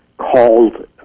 Called